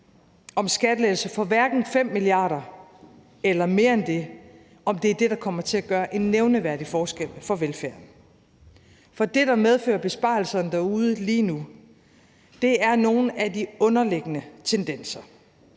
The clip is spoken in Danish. om skattelettelser for hverken 5 mia. kr. eller mere end det, og om det er det, der kommer til at gøre en nævneværdig forskel for velfærden. Kl. 00:11 For det, der medfører besparelserne derude lige nu, er nogle af de underliggende tendenser: